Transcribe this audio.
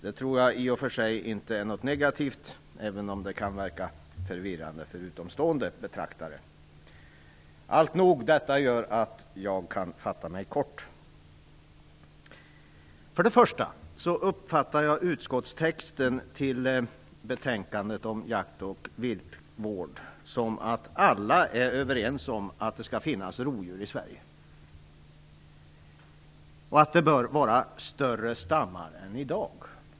Jag tror i och för sig inte att det är något negativt, även om det kan verka förvirrande för utomstående betraktare. Detta gör att jag kan fatta mig kort. För det första uppfattar jag utskottstexten i betänkandet om jakt och viltvård så att alla är överens om att det skall finnas rovdjur i Sverige och att det bör vara större stammar än i dag.